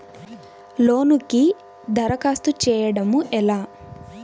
లోనుకి దరఖాస్తు చేయడము ఎలా?